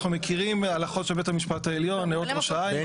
אנחנו מכירים הלכות של בית המשפט העליון --- בני,